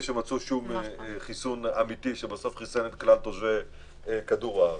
שמצאו חיסון אמיתי שחיסן את כלל תושבי כדור הארץ.